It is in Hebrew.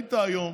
וראית היום